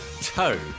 toe